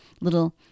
little